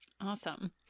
Awesome